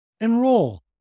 enroll